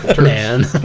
man